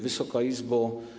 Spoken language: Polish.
Wysoka Izbo!